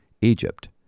Egypt